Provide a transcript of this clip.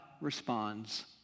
responds